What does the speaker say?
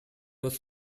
was